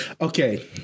okay